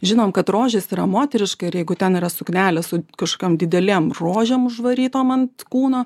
žinom kad rožės yra moteriška ir jeigu ten yra suknelė su kažkokiom didelėm rožėm užvarytom ant kūno